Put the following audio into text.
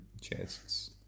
chests